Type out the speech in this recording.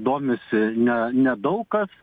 domisi ne ne daug kas